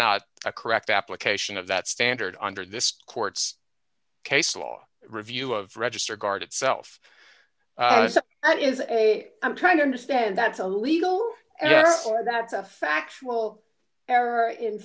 not a correct application of that standard under this court's case law review of register guard itself that is a i'm trying to understand that's a legal and that's a factual error in